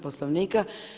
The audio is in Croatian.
Poslovnika.